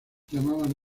llamaban